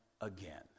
again